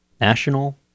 National